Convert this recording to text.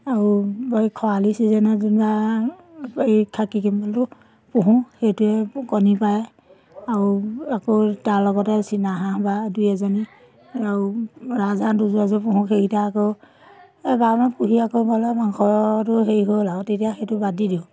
আৰু এই খৰালি ছিজনত যেনিবা এই খাকী কেম্বেলটো পুহোঁ সেইটোৱে কণী পাৰে আৰু আকৌ তাৰ লগতে চীনা হাঁহ বা দুই এজনী আৰু ৰাজাহাঁহ দুযোৰ এযোৰ পুহোঁ সেইকেইটা আকৌ এই বাৰমাহে পুহি আকৌ বোলে মাংসটো হেৰি হ'ল আৰু তেতিয়া সেইটো বাদ দি দিওঁ